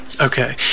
Okay